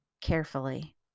carefully